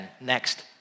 next